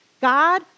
God